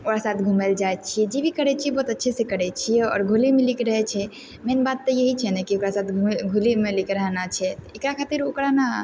ओकरा साथ घुमय लए जाइ छियै जे भी करय छियै बहुत अच्छेसँ करय छियै आओर घुघुलि मिलीके रहय छै मेन बात तऽ यही छै ने कि ओकरा साथ घुलि मिलीके रहना छै एकरा खातिर ओकरा नऽ